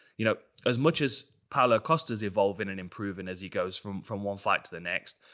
you know, as much as paulo costa's evolving and improving as he goes from from one fight to the next,